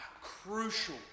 crucial